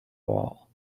wall